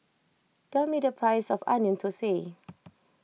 tell me the price of Onion Thosai